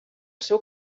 seu